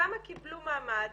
כמה קיבלו מעמד